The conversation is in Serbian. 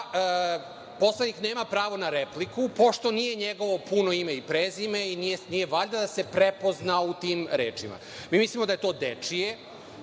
poslanik nema pravo na repliku pošto nije njegovo puno ime i prezime i nije valjda da se prepoznao u tim rečima. Mi mislimo da je to dečije